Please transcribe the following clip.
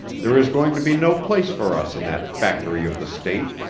there is going to be no place for us in that factory of the state,